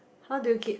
how do you keep